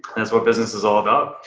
that's what business is all about.